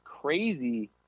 crazy